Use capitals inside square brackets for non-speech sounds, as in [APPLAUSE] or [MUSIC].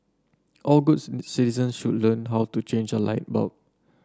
all good [UNINTELLIGIBLE] citizens should learn how to change a light bulb